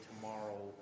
tomorrow